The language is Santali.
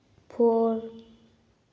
ᱯᱷᱳᱨ